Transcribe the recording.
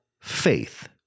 faith